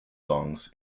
songs